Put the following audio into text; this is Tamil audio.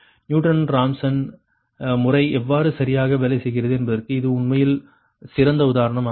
நியூட்டன் ராசன் முறை எவ்வாறு சரியாக வேலை செய்கிறது என்பதற்கு இது உண்மையில் சிறந்த உதாரணம் ஆகும்